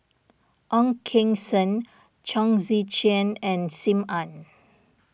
Ong Keng Sen Chong Tze Chien and Sim Ann